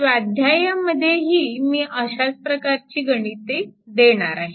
स्वाध्यायामध्येही मी अशाच प्रकारची गणिते देणार आहे